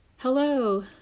Hello